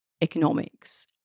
economics